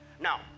now